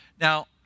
Now